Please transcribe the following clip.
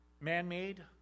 Man-made